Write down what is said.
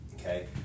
okay